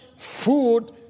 food